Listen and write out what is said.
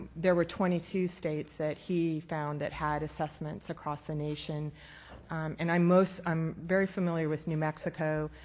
there were twenty two states that he found that had assessments across the nation and i'm most i'm very familiar with new mexico